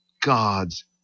God's